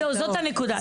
זאת הנקודה.